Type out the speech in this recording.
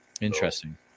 Interesting